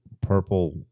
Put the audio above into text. purple